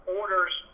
orders